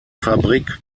fabrik